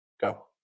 Go